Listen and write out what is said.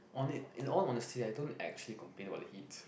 on it in on on the sea I don't actually complain about the heat